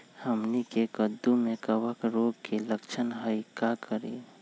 हमनी के कददु में कवक रोग के लक्षण हई का करी?